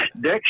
Dick